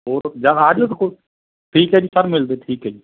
ਆ ਜਿਓ ਠੀਕ ਹੈ ਜੀ ਕੱਲ੍ਹ ਮਿਲਦੇ ਠੀਕ ਹੈ ਜੀ